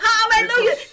Hallelujah